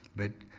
but,